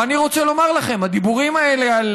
ואני רוצה לומר לכם: הדיבורים האלה על